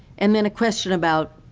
and then a question about,